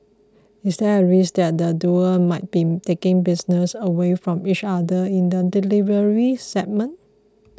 is there a risk that the duo might be taking business away from each other in the delivery segment